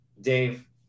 Dave